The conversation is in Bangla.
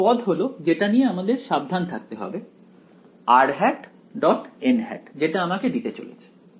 এখন এই পদ হল যেটা নিয়ে আমাদের সাবধান থাকতে হবে · যেটা আমাকে দিতে চলেছে